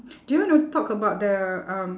do you want to talk about the um